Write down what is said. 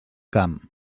camp